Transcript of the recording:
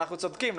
אנחנו צודקים?